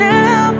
Now